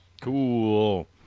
cool